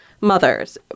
mothers